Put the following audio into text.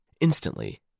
Instantly